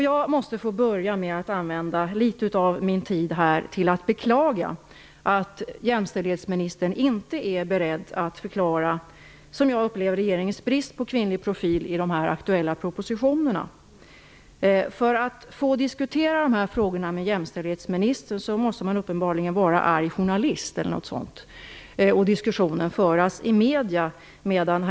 Jag vill använda litet av min taletid till att beklaga att jämställdhetsministern inte är beredd att förklara - som jag upplever det - regeringens brist på kvinnlig profil i de aktuella propositionerna. För att få diskutera de här frågorna med jämställdhetsministern måste man uppenbarligen vara arg journalist eller något sådant och föra diskussionen i medierna.